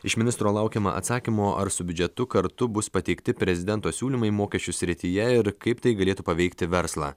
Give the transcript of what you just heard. iš ministro laukiama atsakymo ar su biudžetu kartu bus pateikti prezidento siūlymai mokesčių srityje ir kaip tai galėtų paveikti verslą